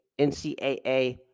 NCAA